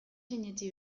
sinetsi